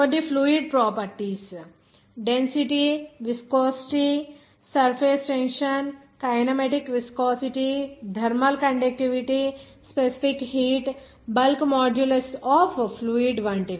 కొన్ని fluid properties density viscosity surface tension kinematic viscosity thermal conductivity specific heat bulk modulus of fluid వంటివి